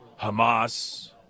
hamas